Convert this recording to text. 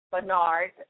Bernard